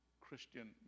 Christian